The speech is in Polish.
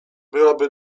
byłaby